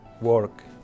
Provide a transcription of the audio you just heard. work